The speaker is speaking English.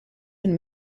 been